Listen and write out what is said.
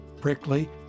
prickly